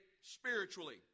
spiritually